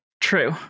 True